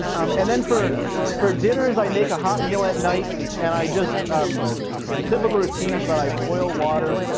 and then, for for dinners, i make a hot meal at night. and i just the typical routine is that i boil water,